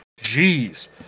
Jeez